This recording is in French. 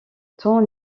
temps